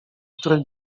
który